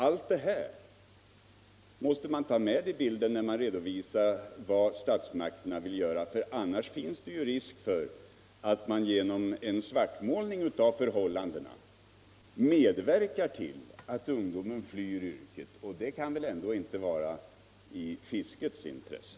Allt det här måste man ta med i bilden när man redovisar vad statsmakterna vill göra, för annars finns det ju risk för att man genom en svartmålning av förhållandena medverkar till att ungdomen flyr yrket, och det kan väl ändå inte vara i fiskets intresse.